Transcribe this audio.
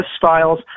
files